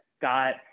got